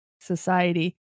society